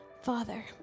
Father